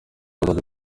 bazajya